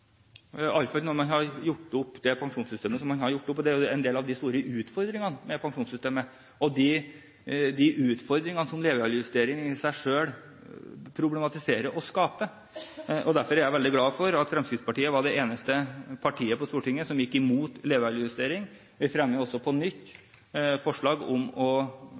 når man har det pensjonssystemet man har – det er noen av de store utfordringene med pensjonssystemet, og de utfordringene som levealdersjustering i seg selv problematiserer og skaper. Derfor er jeg veldig glad for at Fremskrittspartiet var det eneste partiet på Stortinget som gikk imot levealdersjustering. Vi fremmer på nytt forslag om